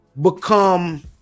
become